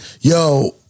Yo